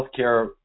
healthcare